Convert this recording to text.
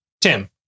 Tim